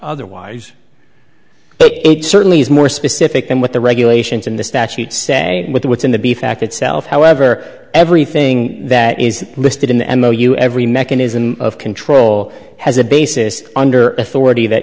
otherwise but it certainly is more specific than what the regulations in the statute say with what's in the b fact itself however everything that is listed in the m o you every mechanism of control has a basis under authority that